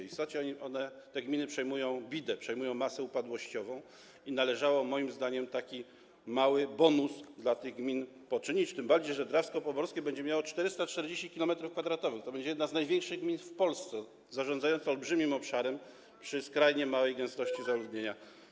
W istocie te gminy przejmują bidę, przejmują masę upadłościową i należałoby, moim zdaniem, taki mały bonus dla tych gmin poczynić, tym bardziej że Drawsko Pomorskie będzie miało 440 km2, to będzie jedna z największych gmin w Polsce, zarządzająca olbrzymim obszarem przy skrajnie małej gęstości zaludnienia.